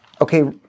okay